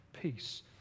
peace